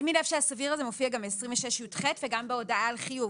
שימי לב שה"סביר" הזה מופיע גם ב-26יח וגם בהודעה על חיוב.